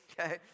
okay